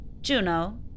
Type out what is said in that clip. Juno